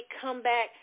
comeback